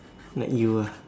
like you ah